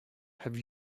have